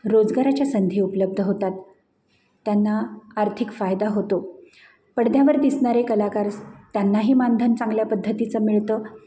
रोजगाराच्या संधी उपलब्ध होतात त्यांना आर्थिक फायदा होतो पडद्यावर दिसणारे कलाकार त्यांनाही मानधन चांगल्या पद्धतीचं मिळतं